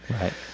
Right